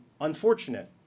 unfortunate